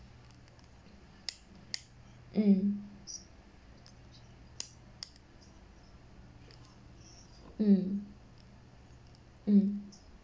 mm mm mm